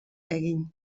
egin